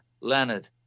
Leonard